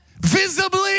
visibly